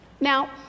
Now